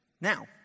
Now